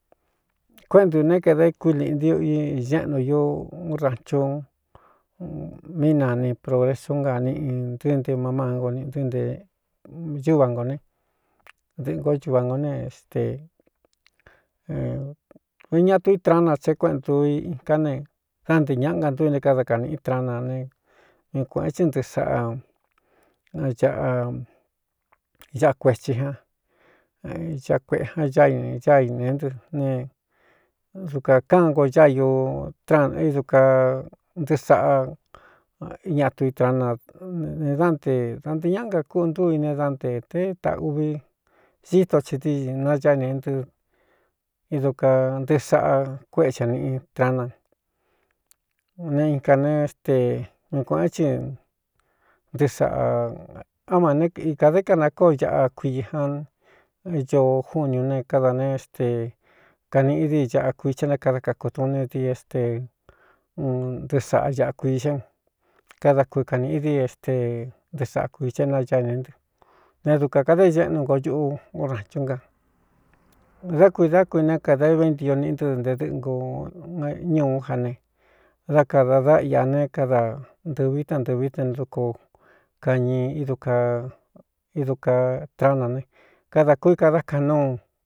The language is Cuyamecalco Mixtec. Kuéꞌe ndū ne kadā ékui liꞌi nti u i ñéꞌnu īu u rānchu mí nani progresú nga niꞌi ntɨɨ nte ma mángo nꞌ ntɨɨ́ nte úva ngō ne dɨꞌɨngō a nō nete n ñatu i trana tseé kuéꞌēn ntuu i iká ne dá ntē ñaꞌa ngantú i nte káda kanīꞌí trana ne ñu kuēꞌen chɨ ntɨꞌɨ saꞌa aꞌa aꞌa kuēthí jan aꞌa kueꞌe jan á á ine ntɨ ne dukā káan ngo ñáiū tran é idu ka ntɨɨ saꞌa iñatu itrana ne dá nte da nte ñáꞌa nkakúꞌuntúu ine dá nte té tāꞌauvi síto tsi dií nañá ne nɨ idu ka ntɨɨ saꞌa kuéꞌe cɨ a niꞌi trana ne in kā ne ste ñu kuēꞌén chɨ ntɨɨ saꞌa á ma ne ikā dā kanakóo aꞌa kuii jan ñoo júun ñū ne káda ne éste kanīꞌi dí ñaꞌa kuii chá né kada kakutuu n dii é ste u ntɨɨ saꞌa ñaꞌa kuiī xá kada kui kanīꞌi dii éste ntɨɨ saꞌa kuii chá nayá ine ntɨ ne dukā kada iñeꞌnu ngo ñuꞌu urānchúnga dá kui dá kui né kada éveíntio niꞌi ntɨ́ nte dɨꞌɨnko ñuú ja ne dá kadā dá iꞌa ne kada ntɨɨvi tantɨvi tenduko kaña da idu ka trana ne kadā kui kadá kaꞌan núu.